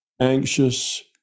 anxious